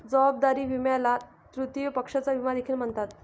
जबाबदारी विम्याला तृतीय पक्षाचा विमा देखील म्हणतात